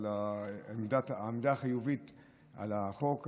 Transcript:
על העמדה החיובית על החוק.